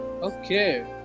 Okay